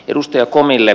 edustaja komille